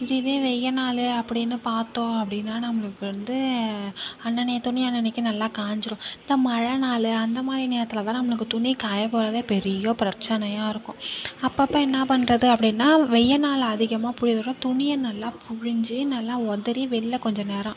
இதுவே வெய்ய நாள் அப்படின்னு பார்த்தோம் அப்படின்னா நம்மளுக்கு வந்து அன்னன்னைய துணியை அன்னன்னைக்கி நல்லா காஞ்சிடும் இந்த மழை நாள் அந்த மாதிரி நேரத்தில் தான் நம்மளுக்கு துணி காய போடுறதே பெரிய பிரச்சனையாக இருக்கும் அப்பப்ப என்ன பண்ணுறது அப்படின்னா வெய்ய நாள் அதிகமாக போய்ரும் துணியை நல்லா புழிஞ்சு நல்லா உதறி வெளில கொஞ்ச நேரம்